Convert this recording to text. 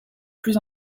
plus